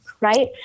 right